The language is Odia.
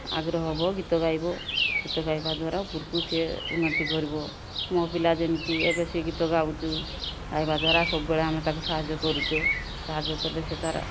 ଆଗ୍ରହ ହେବ ଗୀତ ଗାଇବ ଗୀତ ଗାଇବା ଦ୍ଵାରା ଉପୁରକୁ ସିଏ ଉନ୍ନତି କରିବ ମୋ ପିଲା ଯେମିତି ଏବେ ସେ ଗୀତ ଗାଉଛୁ ଗାଇବା ଦ୍ଵାରା ସବୁବେଳେ ଆମେ ତାକୁ ସାହାଯ୍ୟ କରୁଛେ ସାହାଯ୍ୟ କଲେ ସିଏ ତା'ର